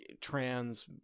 trans